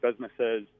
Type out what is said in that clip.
businesses